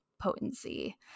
potency